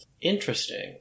Interesting